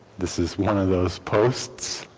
this is one of those posts.